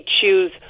choose